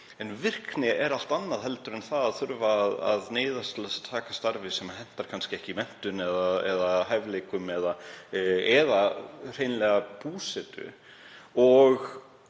En virkni er allt annað en það að þurfa að neyðast til að taka starfi sem hentar kannski ekki menntun eða hæfileikum eða hreinlega búsetu.